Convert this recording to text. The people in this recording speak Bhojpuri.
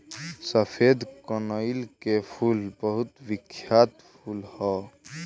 सफेद कनईल के फूल बहुत बिख्यात फूल ह